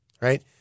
right